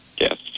Yes